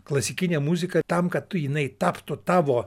klasikinę muziką tam kad tu jinai taptų tavo